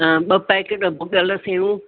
ॿ पैकेट भुॻल सयूं